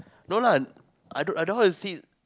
no lah I don't I don't how see